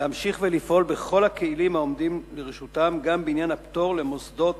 להמשיך ולפעול בכל הכלים העומדים לרשותם גם בעניין הפטור למוסדות